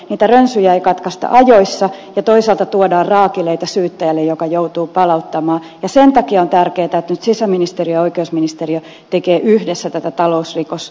niitä rönsyjä ei katkaista ajoissa ja toisaalta tuodaan raakileita syyttäjälle joka joutuu palauttamaan ja sen takia on tärkeätä että nyt sisäministeriö ja oikeusministeriö tekevät yhdessä tätä talousrikosongelman purkutyötä